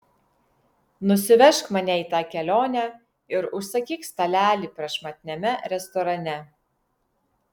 nusivežk mane į tą kelionę ir užsakyk stalelį prašmatniame restorane